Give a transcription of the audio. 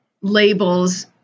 labels